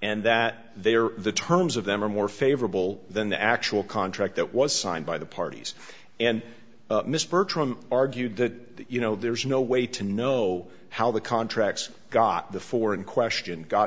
and that they are the terms of them are more favorable than the actual contract that was signed by the parties and mr bertram argued that you know there's no way to know how the contracts got the four in question got